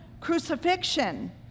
crucifixion